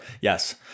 Yes